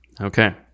okay